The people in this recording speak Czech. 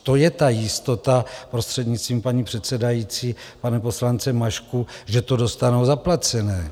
To je ta jistota, prostřednictvím paní předsedající, pane poslance Mašku, že to dostanou zaplacené.